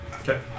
Okay